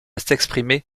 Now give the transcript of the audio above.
s’exprimer